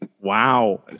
Wow